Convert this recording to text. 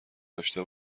داشته